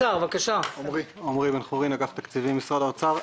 אני מאגף התקציבים במשרד האוצר.